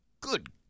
good